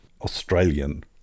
Australian